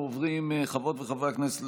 חברות וחברי הכנסת,